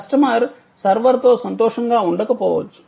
customer సర్వర్తో సంతోషంగా ఉండకపోవచ్చు